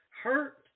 hurt